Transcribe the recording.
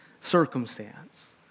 circumstance